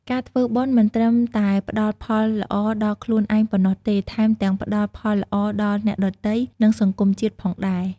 ការធ្វើបុណ្យមិនត្រឹមតែផ្តល់ផលល្អដល់ខ្លួនឯងប៉ុណ្ណោះទេ ថែមទាំងផ្តល់ផលល្អដល់អ្នកដទៃ និងសង្គមជាតិផងដែរ។